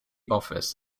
office